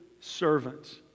servants